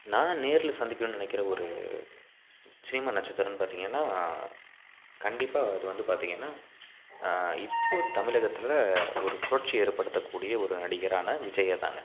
நான் நேரில் சந்திக்கணும்னு நினைக்கிற ஒரு சினிமா நட்சத்திரம்னு பார்த்திங்கன்னா கண்டிப்பாக அது வந்து பார்த்திங்கன்னா இப்போது தமிழகத்துல ஒரு புரட்சி ஏற்படுத்தக்கூடிய ஒரு நடிகரான விஜயைதாங்க